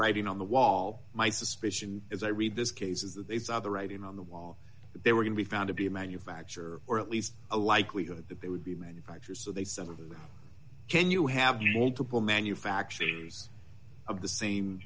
writing on the wall my suspicion as i read this case is that they saw the writing on the wall that they were going to be found to be a manufacture or at least a likelihood that they would be manufacture so they some of them can you have to pull manufacturing use of the same